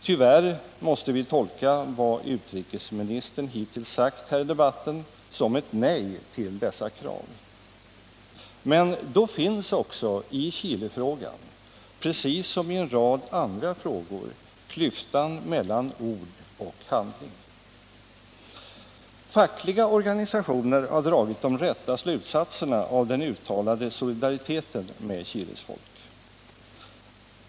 Tyvärr måste vi tolka vad utrikesministern hittills sagt här i debatten som ett nej till dessa krav. Det innebär att det också i Chilefrågan precis som i en rad andra frågor finns en klyfta mellan ord och handling. Fackliga organisationer har dragit de rätta slutsatserna av den uttalade solidariteten med Chiles folk.